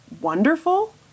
wonderful